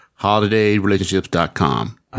holidayrelationships.com